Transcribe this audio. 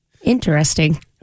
Interesting